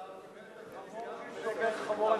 אתה רופא,